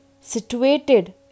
situated